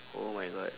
oh my god